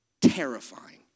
terrifying